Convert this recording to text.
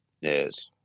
Yes